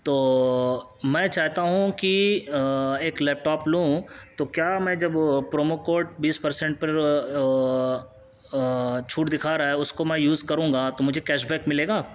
تو میں چاہتا ہوں کہ ایک لیپ ٹاپ لوں تو کیا میں جب وہ پرومو کوڈ بیس پرسنٹ پر چھوٹ دکھا رہا ہے اس کو میں یوز کروں گا تو مجھے کیش بیک ملے گا